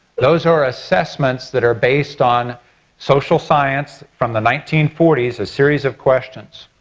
those are assessments that are based on social science from the nineteen forty s, a series of questions.